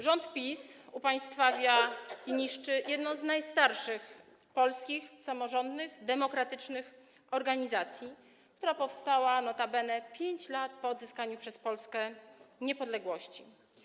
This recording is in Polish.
Rząd PiS upaństwawia i niszczy jedną z najstarszych polskich samorządnych, demokratycznych organizacji, która notabene powstała 5 lat po odzyskaniu przez Polskę niepodległości.